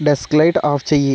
desk light off చెయ్యి